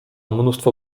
mnóstwo